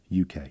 UK